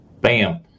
Bam